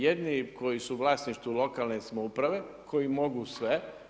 Jedni koji su u vlasništvu lokalne samouprave, koji mogu sve.